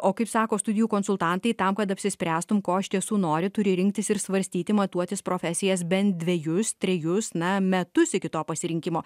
o kaip sako studijų konsultantai tam kad apsispręstum ko iš tiesų nori turi rinktis ir svarstyti matuotis profesijas bent dvejus trejus na metus iki to pasirinkimo